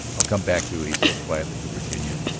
i'll come back to you, he said quietly to virginia.